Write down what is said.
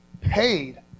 paid